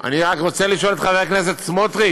אני רק רוצה לשאול את חבר הכנסת סמוטריץ,